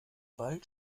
bald